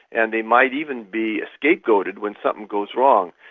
and they might even be scapegoated when something goes wrong.